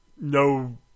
no